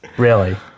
really?